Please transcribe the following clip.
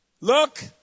Look